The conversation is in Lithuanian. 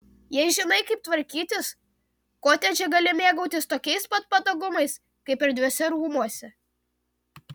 jei žinai kaip tvarkytis kotedže gali mėgautis tokiais pat patogumais kaip erdviuose rūmuose